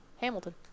Hamilton